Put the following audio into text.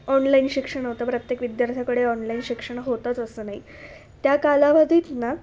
online शिक्षण होतं प्रत्येक विद्यार्थ्याकडे ऑनलाईन शिक्षण होतंच असं नाही त्या कालावधीत ना